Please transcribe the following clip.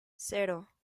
cero